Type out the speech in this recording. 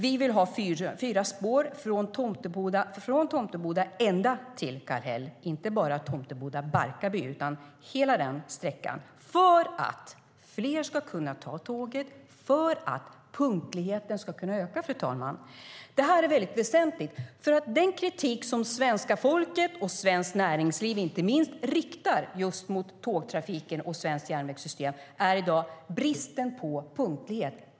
Vi vill ha fyra spår från Tomteboda ända till Kallhäll, inte bara Tomteboda-Barkarby utan hela sträckan, för att fler ska kunna ta tåget och för att punktligheten ska öka. Detta är väsentligt, för den kritik som svenska folket och inte minst svenskt näringsliv riktar mot tågtrafiken och svenskt järnvägssystem är bristen på punktlighet.